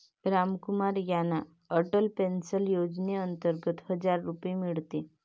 रामकुमार यांना अटल पेन्शन योजनेअंतर्गत हजार रुपये मिळाले